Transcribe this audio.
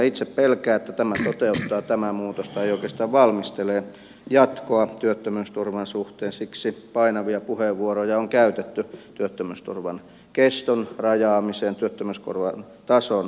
itse pelkään että tämä muutos valmistelee jatkoa työttömyysturvan suhteen siksi painavia puheenvuoroja on käytetty työttömyysturvan keston rajaamisesta työttömyyskorvaustason porrastamisesta